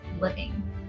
living